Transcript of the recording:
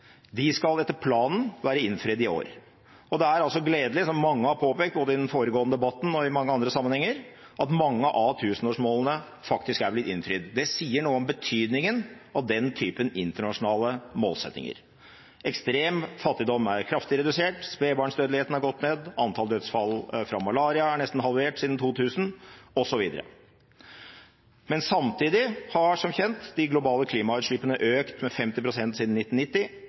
De skal etter planen være innfridd i år. Det er gledelig – som mange har påpekt, både i den foregående debatten og i mange andre sammenhenger – at mange av tusenårsmålene faktisk er blitt innfridd. Det sier noe om betydningen av den typen internasjonale målsettinger. Ekstrem fattigdom er kraftig redusert, spedbarnsdødeligheten er gått ned, antall dødsfall på grunn av malaria er nesten halvert siden 2000, osv. Men samtidig har, som kjent, de globale klimagassutslippene økt med 50 pst. siden 1990.